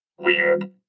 Weird